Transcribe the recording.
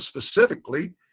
specifically